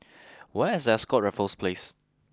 where is Ascott Raffles Place